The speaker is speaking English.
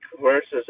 versus